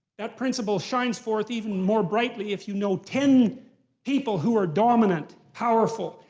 that principle shines forth even more brightly if you know ten people who are dominant. powerful.